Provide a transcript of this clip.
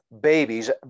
babies